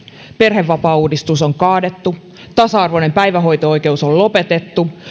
perhevapaauudistus on kaadettu tasa arvoinen päivähoito oikeus on lopetettu